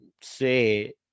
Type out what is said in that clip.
say